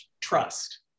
trust